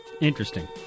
Interesting